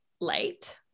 late